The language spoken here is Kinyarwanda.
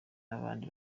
abandi